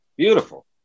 beautiful